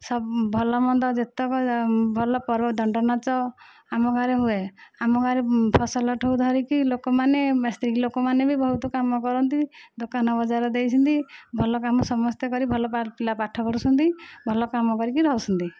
ସବ ଭଲମନ୍ଦ ଯେତେକ ଭଲ ପର୍ବ ଦଣ୍ଡନାଚ ଆମ ଗାଁରେ ହୁଏ ଆମ ଗାଁରେ ଫସଲ ଠୁ ଧରିକି ଲୋକମାନେ ସ୍ତ୍ରୀ ଲୋକ ମାନେ ବି ବହୁତ କାମ କରନ୍ତି ଦୋକାନ ବଜାର ଦେଇଛନ୍ତି ଭଲ କାମ ସମସ୍ତେ କରି ଭଲ ପିଲା ପାଠ ପଢ଼ୁଛନ୍ତି ଭଲ କାମ କରିକି ରହୁଛନ୍ତି